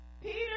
Peter